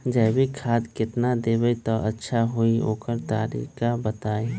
जैविक खाद केतना देब त अच्छा होइ ओकर तरीका बताई?